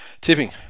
Tipping